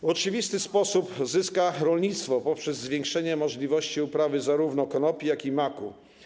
W oczywisty sposób zyska na tym rolnictwo poprzez zwiększenie możliwości uprawy zarówno konopi, jak i maku.